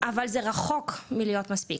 אבל זה רחוק מלהיות מספיק.